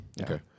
okay